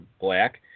Black